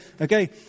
okay